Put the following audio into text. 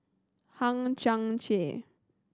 Hang Chang Chieh